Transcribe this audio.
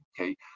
okay